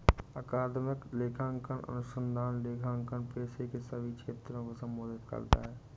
अकादमिक लेखांकन अनुसंधान लेखांकन पेशे के सभी क्षेत्रों को संबोधित करता है